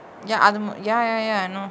ya ya ya ya I know